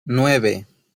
nueve